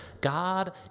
God